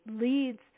leads